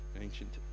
ancient